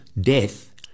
death